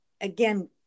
again